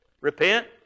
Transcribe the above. Repent